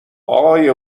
آقای